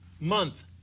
month